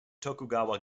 tokugawa